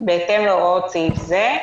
בהתאם להוראות סעיף זה,